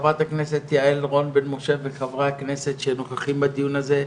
חברת הכנסת יעל רון בן משה וחברי הכנסת שנוכחים בדיון הזה,